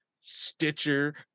Stitcher